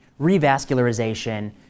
revascularization